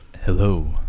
Hello